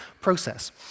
process